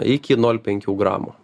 iki nol penkių gramų